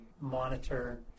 monitor